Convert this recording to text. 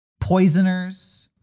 poisoners